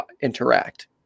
interact